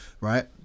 right